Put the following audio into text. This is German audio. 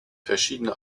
verschiedene